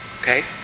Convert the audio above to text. Okay